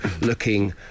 looking